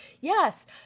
Yes